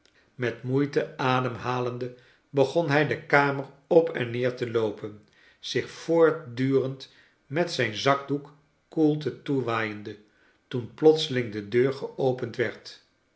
met moeite ademhalende begon hij de kamer op en neer te loopen zich voortdurend met zijn zakdoek koelte toewaaiende toen plotseling de deur geopend werd